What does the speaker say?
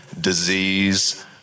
Disease